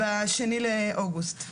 ב-2 באוגוסט .